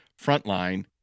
frontline